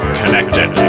connected